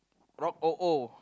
Rock O O